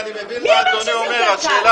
אני מבין מה אדוני אומר.